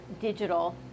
digital